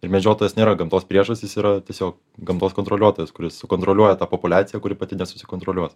ir medžiotojas nėra gamtos priešas jis yra tiesiog gamtos kontroliuotojas kuris sukontroliuoja tą populiaciją kuri pati nesusikontroliuos